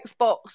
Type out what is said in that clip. Xbox